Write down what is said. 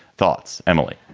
thoughts? emily,